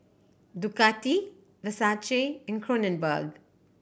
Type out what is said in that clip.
Ducati Versace and Kronenbourg